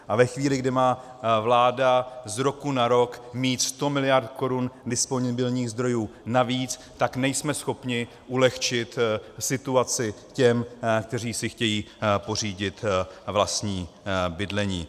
A ve chvíli, kdy má vláda z roku na rok mít 100 miliard korun disponibilních zdrojů navíc, tak nejsme schopni ulehčit situaci těm, kteří si chtějí pořídit vlastní bydlení.